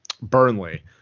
Burnley